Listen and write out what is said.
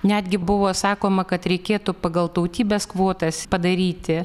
netgi buvo sakoma kad reikėtų pagal tautybes kvotas padaryti